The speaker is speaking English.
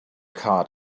card